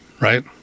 right